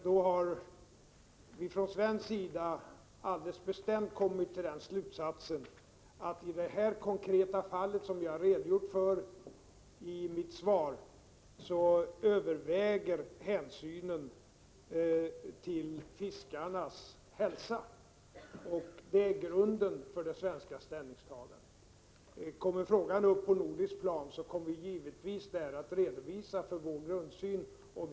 Vi har då från svensk sida kommit till den bestämda slutsatsen att i det konkreta fall som jag har redogjort för i mitt svar överväger hänsynen till fiskarnas hälsa. Det är grunden för det svenska ställningstagandet. Prot. 1985/86:67 Om frågan tas upp på nordiskt plan, kommer vi givetvis att där redovisa vår 30 januari 1986 grundsyn.